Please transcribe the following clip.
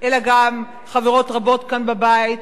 אלא גם חברות רבות כאן בבית,